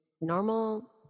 normal